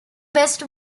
west